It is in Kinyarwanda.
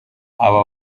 aba